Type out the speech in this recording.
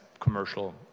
commercial